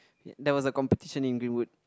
there was a competition in Greenwood